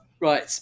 Right